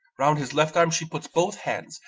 round his left arm she put both hands,